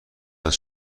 است